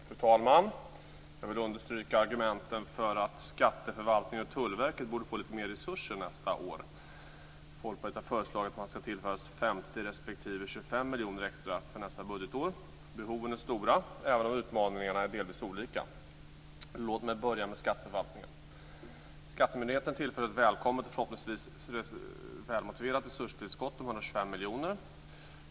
Fru talman! Jag vill understryka argumenten för att skatteförvaltningen och Tullverket borde få lite mer resurser nästa år. Folkpartiet har föreslagit att de ska tillföras 50 respektive 25 miljoner extra för nästa budgetår. Behoven är stora, även om utmaningarna är delvis olika. Låt mig först beröra skatteförvaltningen. Skattemyndigheterna tillförs ett välkommet och förhoppningsvis välmotiverat resurstillskott om 125 miljoner.